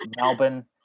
melbourne